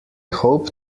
hope